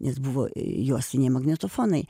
nes buvo juostiniai magnetofonai